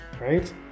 right